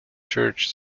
church